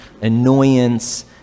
annoyance